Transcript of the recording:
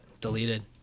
deleted